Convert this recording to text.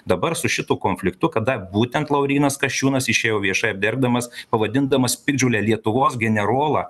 dabar su šitu konfliktu kada būtent laurynas kasčiūnas išėjo viešai apdergdamas pavadindamas piktžole lietuvos generolą